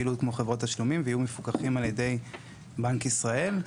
הפעילות כמו חברות התשלומים ויהיו מפוקחים על ידי בנק ישראל.